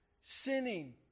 sinning